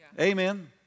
Amen